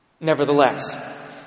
Nevertheless